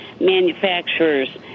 manufacturer's